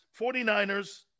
49ers